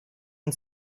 and